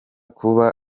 kuba